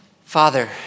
father